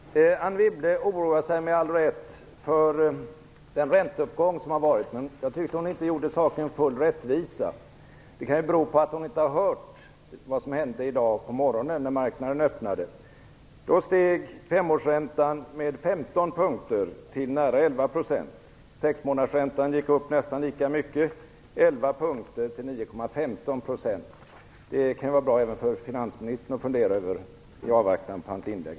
Fru talman! Anne Wibble oroar sig med all rätt för den ränteuppgång som har varit. Jag tycker att hon inte gjorde saken full rättvisa. Det kan bero på att hon inte har hört vad som hände i dag på morgonen, när marknaden öppnade. Då steg femårsräntan med 15 punkter, till nära 11 %. Sexmånadersräntan gick upp nästan lika mycket, med 11 punkter till 9,15 %. Det kan vara bra även för finansministern att fundera över i avvaktan på hans inlägg.